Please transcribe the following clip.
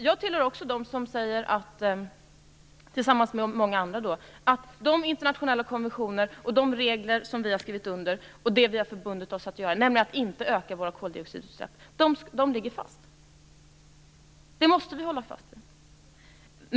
Jag hör till dem som säger att de internationella konventioner och regler som vi har skrivit under och det som vi har förbundit oss att göra - nämligen att inte öka koldioxidutsläppen - ligger fast. Det måste vi hålla fast vid.